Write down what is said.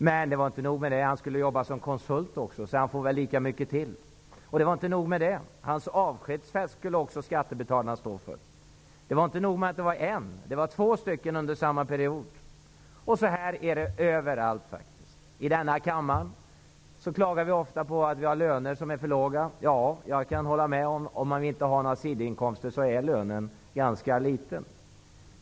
Men inte nog med det: Han skulle jobba som konsult, så han får väl lika mycket till. Och inte nog med det: Hans avskedsfest skulle skattebetalarna också stå för. Det räckte inte med en -- det var två under samma period. Så här är det överallt. I denna kammare klagar vi ofta på våra löner och säger att de är för låga. Jag kan hålla med. Om man inte har några sidoinkomster är lönen ganska liten.